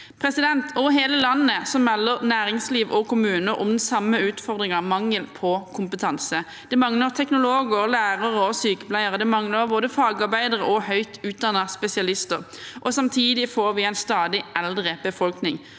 området. Over hele landet melder næringsliv og kommuner om den samme utfordringen: mangel på kompetanse. Det mangler teknologer, lærere og sykepleiere. Det mangler både fagarbeidere og høyt utdannede spesialister. Samtidig får vi en stadig eldre befolkning